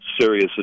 serious